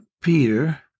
Peter